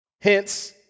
Hence